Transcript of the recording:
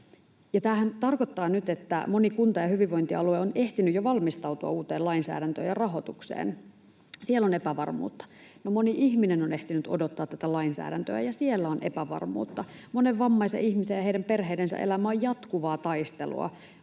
tämähän tarkoittaa nyt, että moni kunta ja hyvinvointialue on ehtinyt jo valmistautua uuteen lainsäädäntöön ja rahoitukseen. Siellä on epävarmuutta. No, moni ihminen on ehtinyt odottaa tätä lainsäädäntöä, ja siellä on epävarmuutta. Monen vammaisen ihmisen ja heidän perheidensä elämä on jatkuvaa taistelua